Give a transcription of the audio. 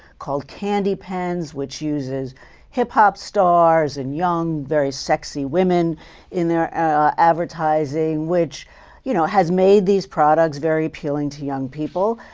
called candy pens, which uses hip-hop stars and young, very sexy women in their advertising, which you know has made these products very appealing to young people.